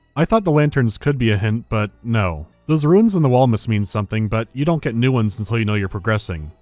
i thought the lanterns could be a hint, but no, those runes on the wall must mean something, but you don't get new ones until you know you're progressing.